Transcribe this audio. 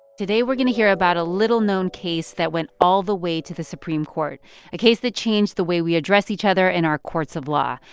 today, we're going to hear about a little-known case that went all the way to the supreme court a case that changed the way we address each other in our courts of law,